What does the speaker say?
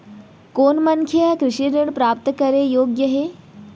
कोन मनखे ह कृषि ऋण प्राप्त करे के योग्य हे?